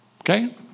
Okay